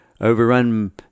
overrun